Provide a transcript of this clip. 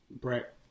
Brett